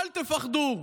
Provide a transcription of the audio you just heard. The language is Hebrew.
אל תפחדו.